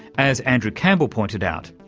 as andrew campbell pointed out,